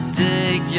dig